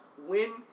Win